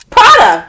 Prada